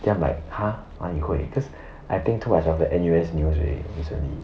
then I'm like !huh! 哪里会 cause I think too much of the N_U_S news already recently